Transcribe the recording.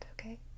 okay